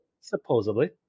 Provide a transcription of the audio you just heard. supposedly